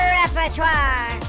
repertoire